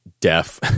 deaf